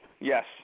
Yes